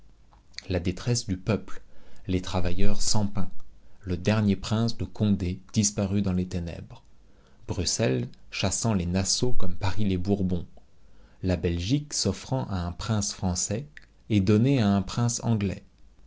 la détresse du peuple les travailleurs sans pain le dernier prince de condé disparu dans les ténèbres bruxelles chassant les nassau comme paris les bourbons la belgique s'offrant à un prince français et donnée à un prince anglais